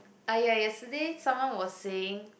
ah ya yesterday someone was saying